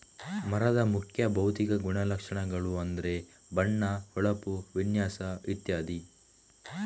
ಮರದ ಮುಖ್ಯ ಭೌತಿಕ ಗುಣಲಕ್ಷಣಗಳು ಅಂದ್ರೆ ಬಣ್ಣ, ಹೊಳಪು, ವಿನ್ಯಾಸ ಇತ್ಯಾದಿ